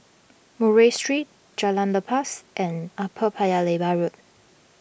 Murray Street Jalan Lepas and Upper Paya Lebar Road